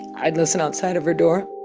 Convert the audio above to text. i'd listen outside of her door